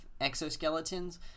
exoskeletons